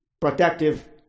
protective